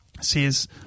says